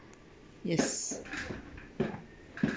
yes